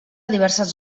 diverses